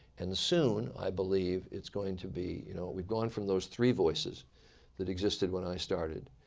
and soon i believe it's going to be you know we've gone from those three voices that existed when i started,